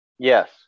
Yes